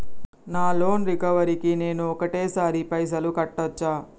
నా loan recovery కి నేను ఒకటేసరి పైసల్ కట్టొచ్చా?